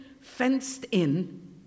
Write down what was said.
fenced-in